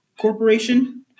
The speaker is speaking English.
Corporation